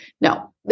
no